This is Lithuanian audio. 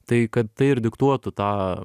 tai kad tai ir diktuotų tą